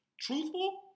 truthful